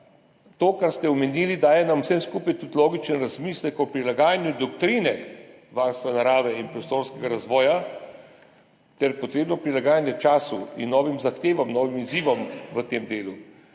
To, kar ste omenili, daje nam vsem skupaj tudi logičen razmislek o prilagajanju doktrine varstva narave in prostorskega razvoja ter potrebno prilagajanje času in novim zahtevam, novim izzivom v tem delu.